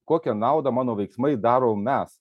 kokią naudą mano veiksmai daro mes